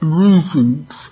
reasons